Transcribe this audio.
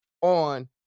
on